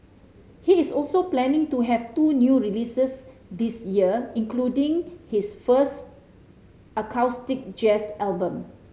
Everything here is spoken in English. he is also planning to have two new releases this year including his first acoustic jazz album